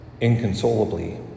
inconsolably